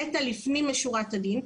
נת"ע לפנים משורת הדין,